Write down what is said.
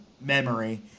memory